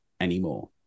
anymore